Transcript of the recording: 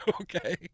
okay